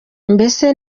mbese